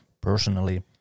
personally